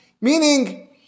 Meaning